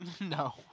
No